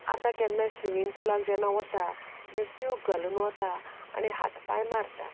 आतां केन्नाय स्विमींग पुलांत जेन्ना वता थंय ट्यूब घालून वता आनी हात पांय मारतां